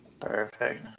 Perfect